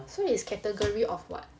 so is category of what